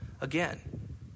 again